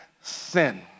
sin